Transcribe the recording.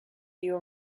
you